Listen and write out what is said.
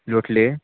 लोटले